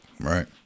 right